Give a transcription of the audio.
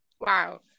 Wow